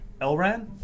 Elran